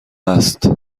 است